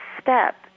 step